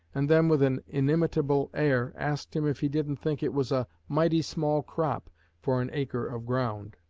and then with an inimitable air asked him if he didn't think it was a mighty small crop for an acre of ground.